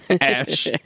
Ash